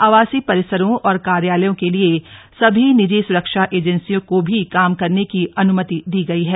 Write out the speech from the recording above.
आवासीय परिसरों और कार्यालयों के लिए सभी निजी सुरक्षा एजेंसियों को भी काम करने की अनुमति दी गई है